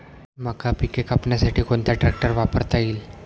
मका पिके कापण्यासाठी कोणता ट्रॅक्टर वापरता येईल?